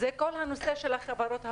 זה כל הנושא של החברות הפיראטיות.